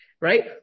Right